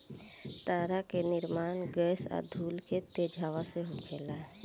तारा के निर्माण गैस आ धूल के तेज हवा से होखेला